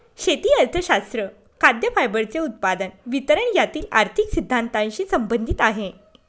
शेती अर्थशास्त्र खाद्य, फायबरचे उत्पादन, वितरण यातील आर्थिक सिद्धांतानशी संबंधित आहे